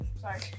Sorry